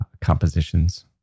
compositions